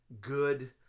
good